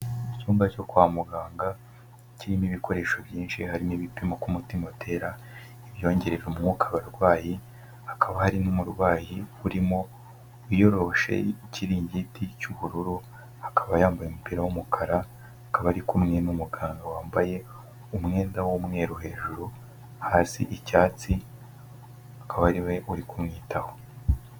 Icyumba cyo kwa muganga kirimo ibikoresho byinshi hari n'ibipimo ku mutima utera ibyongerera umwuka abarwayi, hakaba hari n'umurwayi urimo wiyoroshe ikiringiti cy'ubururu, akaba yambaye umupira w'umukara, akaba ari kumwe n'umun]ganga wambaye umwenda w'umweru hejuru, hasi icyatsi akaba ari we uri kumwitaho.